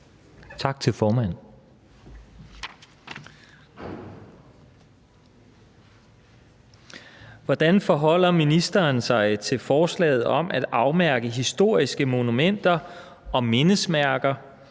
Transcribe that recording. Valentin (V): Hvordan forholder ministeren sig til forslaget om at afmærke historiske monumenter og mindesmærker